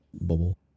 bubble